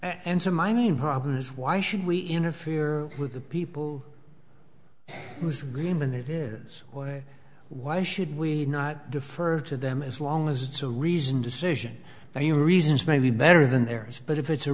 and so my main problem is why should we interfere with the people it was green when it is or why should we not defer to them as long as it's a reasoned decision for your reasons may be better than theirs but if it's a